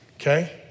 okay